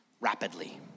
rapidly